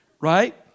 Right